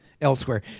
elsewhere